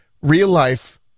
real-life